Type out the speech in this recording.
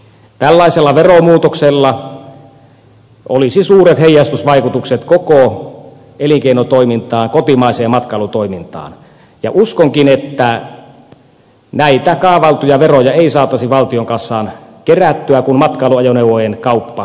tällaisella veromuutoksella olisi suuret heijastusvaikutukset koko elinkeinotoimintaan kotimaiseen matkailutoimintaan ja uskonkin että näitä kaavailtuja veroja ei saataisi valtion kassaan kerättyä kun matkailuajoneuvojen kauppa hiipuisi